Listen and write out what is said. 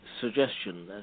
suggestion